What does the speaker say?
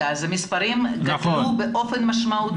המספרים גדלו באופן משמעותי.